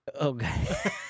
okay